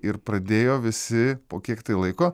ir pradėjo visi po kiek laiko